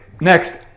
next